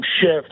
shift